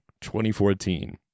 2014